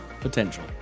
potential